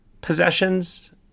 possessions